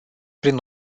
prin